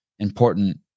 important